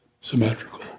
symmetrical